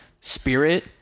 spirit